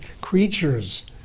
creatures